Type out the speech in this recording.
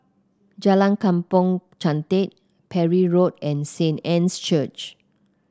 Jalan Kampong Chantek Parry Road and Saint Anne's Church